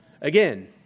Again